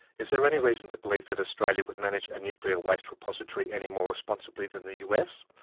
is there any reason to believe that australia would manage a nuclear waste repository any more responsibly than the us?